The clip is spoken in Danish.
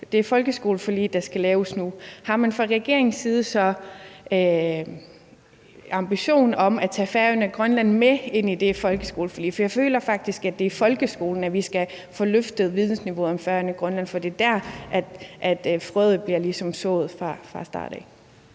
det folkeskoleforlig, der skal laves nu. Har man fra regeringens side en ambition om at tage Færøerne og Grønland med ind i det folkeskoleforlig? For jeg føler faktisk, at det er i folkeskolen, at vi skal få løftet vidensniveauet om Færøerne og Grønland, for det er der, frøet ligesom bliver sået fra start af.